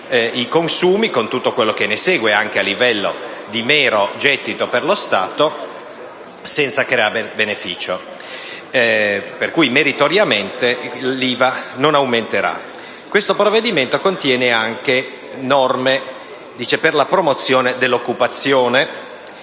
a deprimerli, con tutto quello che ne consegue anche a livello di mero gettito per lo Stato, senza creare beneficio. Pertanto, meritoriamente, l'IVA non aumenterà. Il provvedimento contiene anche norme per la promozione dell'occupazione,